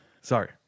sorry